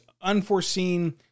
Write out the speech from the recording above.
unforeseen